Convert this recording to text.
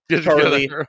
Charlie